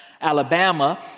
Alabama